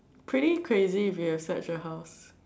pretty crazy if you have such a house